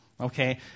okay